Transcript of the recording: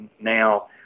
now